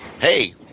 Hey